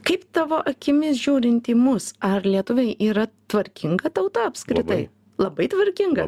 kaip tavo akimis žiūrint į mus ar lietuviai yra tvarkinga tauta apskritai labai tvarkinga